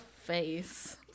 face